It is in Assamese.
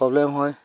প্ৰব্লেম হয়